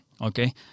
Okay